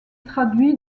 traduit